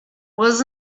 was